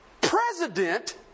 president